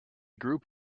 group